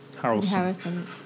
Harrison